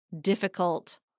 difficult